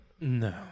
no